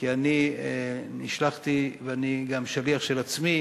כי אני נשלחתי ואני גם שליח של עצמי